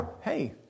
hey